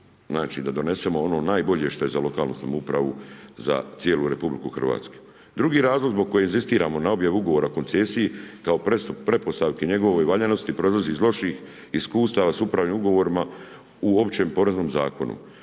da donesemo ono najbolje što je za lokalnu samoupravu, za cijelu RH. Drugi razlog zbog kojeg inzistiramo na objavu ugovora koncesiji kao pretpostavki njegovoj valjanosti, proizlazi iz loših iskustava sa upravljanjem ugovorima u Općem poreznom zakonu.